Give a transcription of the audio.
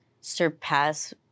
surpass